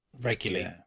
regularly